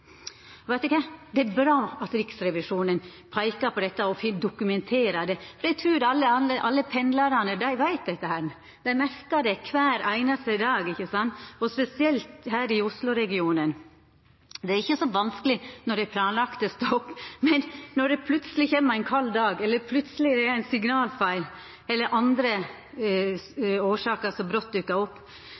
Det er bra at Riksrevisjonen peikar på dette og dokumenterer det. Eg trur at alle pendlarane veit dette. Dei merkar det kvar einaste dag, og spesielt her i Oslo-regionen. Det er ikkje så vanskeleg når det er planlagde stopp, men når det plutseleg kjem ein kald dag, eller plutseleg er ein signalfeil – eller andre årsaker som brått dukkar opp